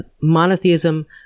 monotheism